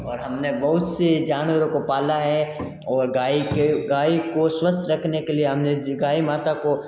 और हमने बहुत से जानवरों को पाला है और गाय के गाय को स्वस्थ रखने के लिए हमने गाय माता को